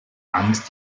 angst